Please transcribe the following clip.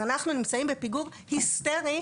אנחנו נמצאים בפיגור היסטרי,